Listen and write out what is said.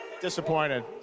disappointed